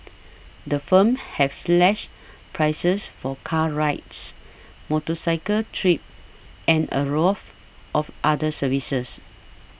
the firms have slashed prices for car rides motorcycle trips and a raft of other services